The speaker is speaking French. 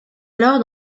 alors